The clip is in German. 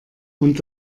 und